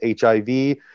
HIV